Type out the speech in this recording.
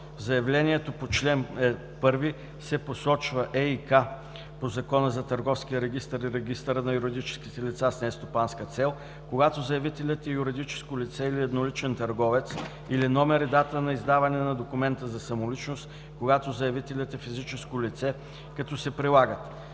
В заявлението по чл. 1 се посочва ЕИК по Закона за Търговския регистър и регистъра на юридическите лица с нестопанска цел, когато заявителят е юридическо лице или едноличен търговец, или номер и дата на издаване на документа за самоличност, когато заявителят е физическо лице, като се прилагат: